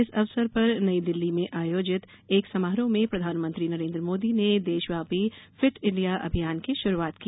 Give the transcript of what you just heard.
इस अवसर पर नई दिल्ली में आयोजित एक समारोह में प्रधानमंत्री नरेन्द्र मोदी ने देशव्यापी फिट इंडिया अभियान की शुरूआत की